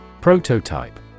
Prototype